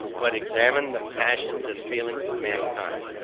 but examine the passions and feelings of mankind,